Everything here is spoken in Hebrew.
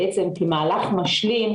כמהלך משלים,